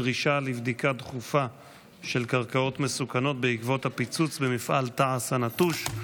דרישה לבדיקה דחופה של קרקעות מסוכנות בעקבות הפיצוץ במפעל תעש הנטוש.